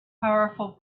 powerful